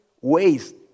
waste